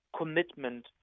commitment